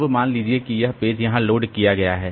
अब मान लीजिए कि यह पेज यहां लोड किया गया है